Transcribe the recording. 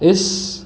इस